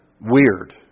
weird